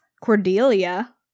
cordelia